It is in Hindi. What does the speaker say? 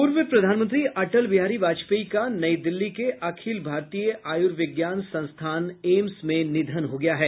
पूर्व प्रधानमंत्री अटल बिहारी वाजपेयी का नई दिल्ली के अखिल भारतीय आयुर्विज्ञान संस्थान एम्स में निधन हो गया है